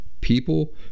People